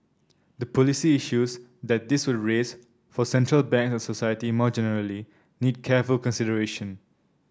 the policy issues that this would raise for central bank and society more generally need careful consideration